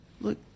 Look